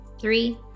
three